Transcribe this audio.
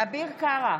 אביר קארה,